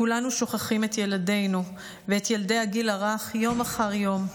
כולנו שוכחים את ילדינו ואת ילדי הגיל הרך יום אחר יום.